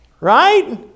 Right